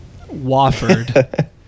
Wofford